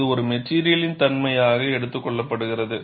இது ஒரு மெட்டிரியலின் தன்மையாக எடுத்துக் கொள்ளப்படுகிறது